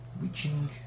reaching